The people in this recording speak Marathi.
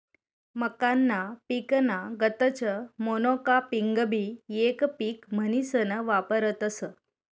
मक्काना पिकना गतच मोनोकापिंगबी येक पिक म्हनीसन वापरतस